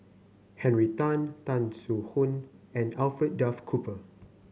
Henry Tan Tan Soo Khoon and Alfred Duff Cooper